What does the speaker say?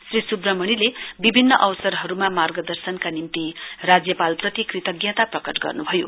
श्री सुव्रमणिले विभिन्न अवसरहरुमा मार्गदर्शनका निम्ति राज्यपालप्रति कृतज्ञता प्रकट गर्नुभयो